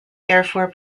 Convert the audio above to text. therefore